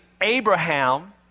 Abraham